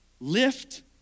lift